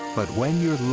but when you're